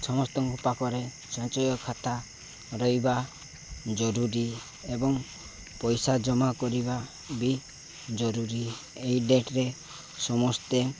ସମସ୍ତଙ୍କ ପାଖରେ ସଞ୍ଚୟ ଖାତା ରହିବା ଜରୁରୀ ଏବଂ ପଇସା ଜମା କରିବା ବି ଜରୁରୀ ଏଇ ଡେଟରେ ସମସ୍ତେ